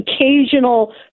occasional